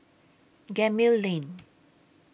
Gemmill Lane